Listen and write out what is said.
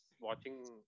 watching